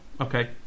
okay